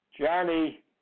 Johnny